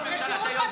--- שירות בתי הסוהר.